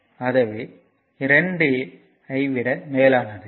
அது பாயிண்ட் 2 ஐ விட மேலானது